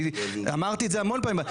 אני אמרתי את זה המון פעמים,